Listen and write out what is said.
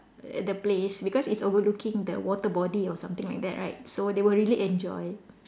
at the place because is overlooking the water body or something like that right so they will really enjoy